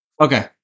Okay